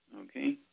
Okay